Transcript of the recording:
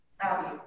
Abby